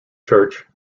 church